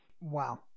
Wow